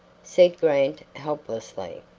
said grant, helplessly.